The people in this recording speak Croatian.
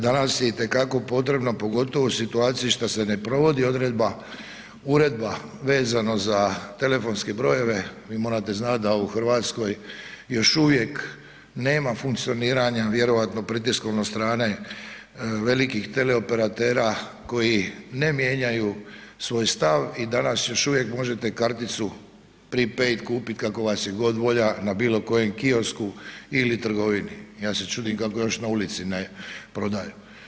Danas je i te kako potrebno pogotovo u situaciji šta se ne provodi odredba, uredba vezano za telefonske brojeve, vi morate znati da u Hrvatskoj još uvijek nema funkcioniranja vjerojatno pritiskom od strane velikih teleoperatera koji ne mijenjaju svoj stav i danas još uvijek možete karticu prepaid kupit kako vas je god volja na bilo kojem kiosku ili trgovini, ja se čudim kako još na ulici ne prodaju.